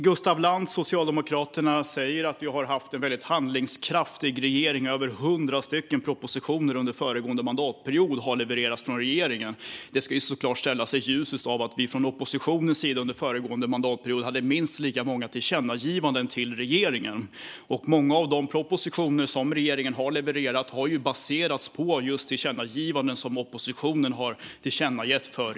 Gustaf Lantz från Socialdemokraterna säger att vi har haft en väldigt handlingskraftig regering och att över hundra propositioner levererades från regeringen under förra mandatperioden. Det ska såklart ses i ljuset av att det från oppositionens sida föreslogs minst lika många tillkännagivanden till regeringen under föregående mandatperiod. Många av de propositioner som regeringen har levererat har baserats på just tillkännagivanden till regeringen, som oppositionen har stått för.